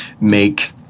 make